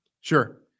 Sure